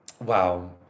Wow